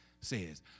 says